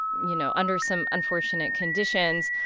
you know, under some unfortunate conditions.